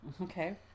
Okay